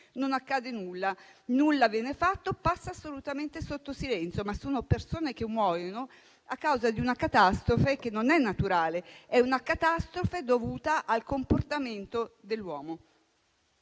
non accade nulla, nulla viene fatto e passa assolutamente sotto silenzio. Ma le persone muoiono a causa di una catastrofe che non è naturale, bensì è una catastrofe dovuta al comportamento dell'uomo.